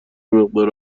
مقدار